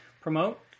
promote